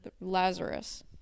Lazarus